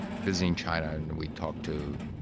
visiting china and we'd talk to